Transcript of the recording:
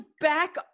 back